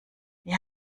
wir